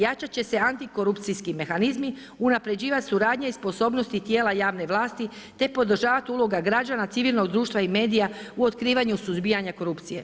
Jačat će se antikorupcijski mehanizmi, unaprjeđivati suradnja i sposobnosti tijela javne vlasti, te podržavati uloga građana, civilnog društva i medija u otkrivanju suzbijanja korupcije.